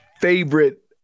favorite